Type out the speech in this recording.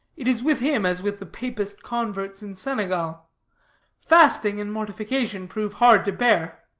it is with him as with the papist converts in senegal fasting and mortification prove hard to bear